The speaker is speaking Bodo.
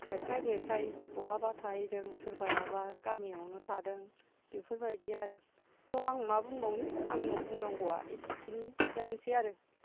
सेरखाय बेरखाय बहाबा थाहैदों सोरबायाबा गामियाव नो थादों बेफोर बायदि आरो थ' आं मा बुंबावनो आंनि बुंनांगौआ एसेखिनिआनोसै आरो